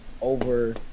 over